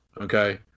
Okay